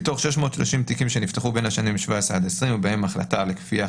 מתוך 630 תיקים שנפתחו בין השנים 2020-2017 ובהם החלטה לכפייה,